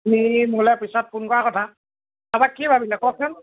তুমি মোলৈ পিছত ফোন কৰা কথা তাৰ পৰা কি ভাবিলে কওকচোন